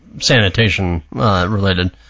sanitation-related